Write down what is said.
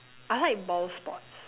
I like ball sports